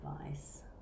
advice